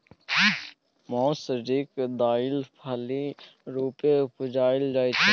मौसरीक दालि फली रुपेँ उपजाएल जाइ छै